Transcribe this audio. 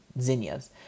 zinnias